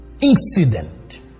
incident